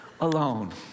alone